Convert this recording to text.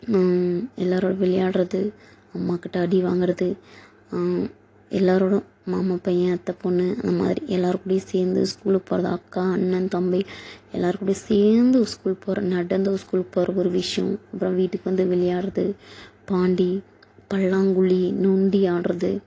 எல்லாரோ விளையாடுறது அம்மாக்கிட்ட அடி வாங்கறது எல்லாரோடும் மாமா பையன் அத்தை பொண்ணு அந்த மாரி எல்லாருக்கூடையும் சேர்ந்து ஸ்கூலுக்கு போகறது அக்கா அண்ணன் தம்பி எல்லாருக்கூடையும் சேர்ந்து ஸ்கூல்க்கு போகறோம் நடந்தும் ஸ்கூல் போகற ஒரு விஷயம் அப்புறோம் வீட்டுக்கு வந்து விளையாடுறது பாண்டி பல்லாங்குழி நொண்டி ஆடுறது